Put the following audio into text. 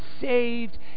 saved